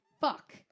Fuck